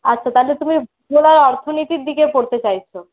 আচ্ছা তাহলে তুমি ভূগোল আর অর্থনীতির দিকে পড়তে চাইছ